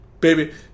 Baby